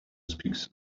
speaks